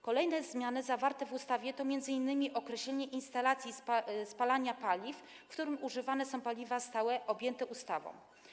Kolejne zmiany zawarte w ustawie to m.in. określenie instalacji spalania paliw, w których używane są paliwa stałe objęte ustawą.